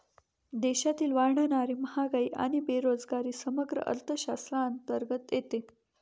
देशातील वाढणारी महागाई आणि बेरोजगारी समग्र अर्थशास्त्राअंतर्गत येते